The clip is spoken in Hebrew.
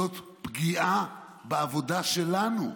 זאת פגיעה בעבודה שלנו,